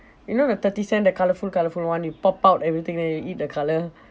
you know the thirty cent the colourful colourful [one] you pop out everything then you eat the colour